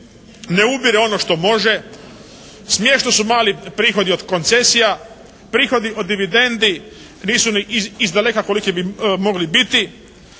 ne ubire ono što može, smiješno su mali prihodi od koncesija, prihodi od dividendi nisu ni izdaleka koliki bi mogli biti.